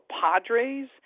Padres